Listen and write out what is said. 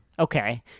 okay